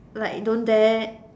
like don't dare